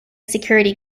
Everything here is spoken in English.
security